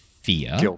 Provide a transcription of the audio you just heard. fear